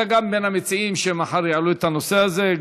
אתה גם בין המציעים שמחר יעלו את הנושא הזה.